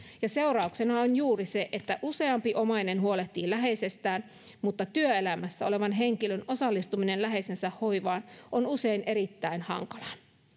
ja seurauksena on juuri se että useampi omainen huolehtii läheisestään mutta työelämässä olevan henkilön osallistuminen läheisensä hoivaan on usein erittäin hankalaa